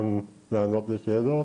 גם לענות לשאלות